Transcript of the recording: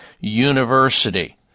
University